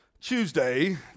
Tuesday